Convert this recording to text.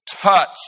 touch